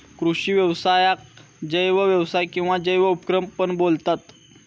कृषि व्यवसायाक जैव व्यवसाय किंवा जैव उपक्रम पण बोलतत